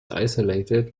isolated